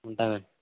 ఉంటానండి